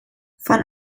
von